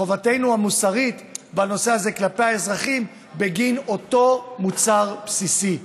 חובתנו המוסרית בנושא הזה כלפי האזרחים בגין אותו מוצר בסיסי.